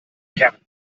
kern